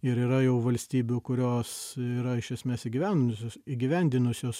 ir yra jau valstybių kurios yra iš esmės įgyvendinusios įgyvendinusios